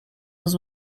was